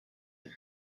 him